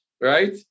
right